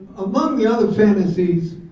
among the other fantasies,